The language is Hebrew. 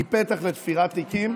היא פתח לתפירת תיקים.